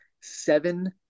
seven